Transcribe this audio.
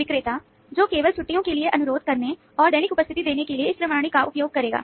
विक्रेता जो केवल छुट्टियाँ के लिए अनुरोध करने और दैनिक उपस्थिति देने के लिए इस प्रणाली का उपयोग करेगा